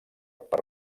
per